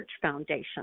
Foundation